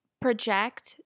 project